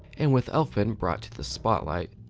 and with elfman brought to the spotlight,